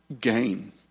gain